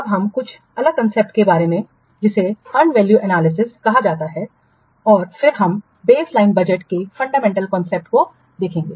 अब हम कुछ अलग कांसेप्ट के बारे में देखेंगे जिसे अर्न वैल्यू एनालिसिस कहा जाता है और फिर हम बेसलाइन बजट के फंडामेंटल कांसेप्ट को देखेंगे